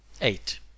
eight